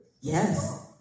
Yes